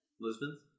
Lisbon